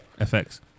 FX